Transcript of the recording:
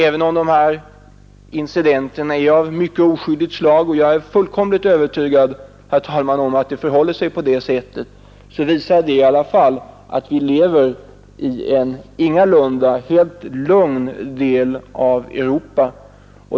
Även om de här incidenterna ibland är av mycket oskyldigt slag — och jag är övertygad, herr talman, om att det ofta förhåller sig på det sättet — visar det i alla fall att vi ingalunda lever i en helt lugn del av Europa.